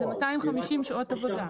זה 250 שעות עבודה.